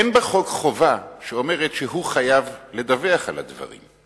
אין בחוק חובה שאומרת שהוא חייב לדווח על הדברים.